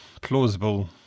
plausible